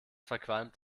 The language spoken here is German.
verqualmt